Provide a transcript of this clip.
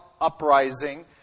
uprising